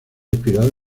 inspirado